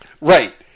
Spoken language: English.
Right